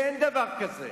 אין דבר כזה.